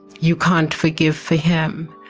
you can't forgive for him,